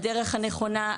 הדרך הנכונה,